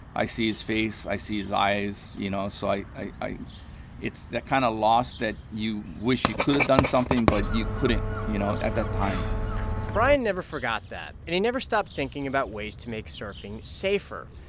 i see his face. i see his eyes, you know, so i i it's that kind of loss that you wish you could've done something, but you couldn't, you know, at that time brian never forgot that. and he never stopped thinking about ways to make surfing safer.